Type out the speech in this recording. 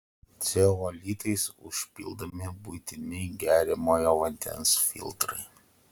ceolitais užpildomi buitiniai geriamojo vandens filtrai